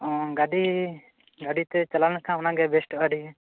ᱚ ᱜᱟᱹᱰᱤ ᱜᱟᱹᱰᱤᱛᱮ ᱪᱟᱞᱟᱣ ᱞᱮᱠᱷᱟᱱ ᱚᱱᱟᱜᱮ ᱵᱮᱥᱴᱚᱜᱼᱟ ᱟᱹᱰᱤ